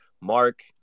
mark